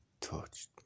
touched